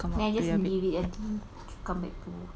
then I just leave it empty orh until you come back to